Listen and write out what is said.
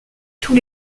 tous